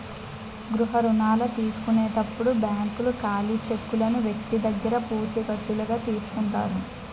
గృహ రుణాల తీసుకునేటప్పుడు బ్యాంకులు ఖాళీ చెక్కులను వ్యక్తి దగ్గర పూచికత్తుగా తీసుకుంటాయి